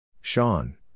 Sean